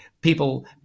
people